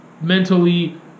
mentally